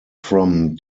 from